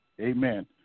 Amen